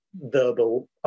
verbal